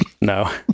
No